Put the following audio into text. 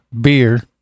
beer